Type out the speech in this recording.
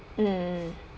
mm